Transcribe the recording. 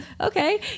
okay